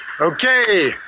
Okay